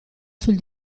sul